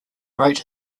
wrote